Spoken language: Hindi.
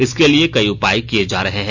इसके लिए कई उपाय किये जा रहे हैं